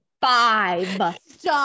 five